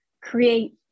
create